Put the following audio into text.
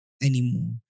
anymore